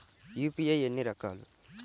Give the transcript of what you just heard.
UPI ఎన్ని రకాలు?